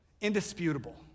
Indisputable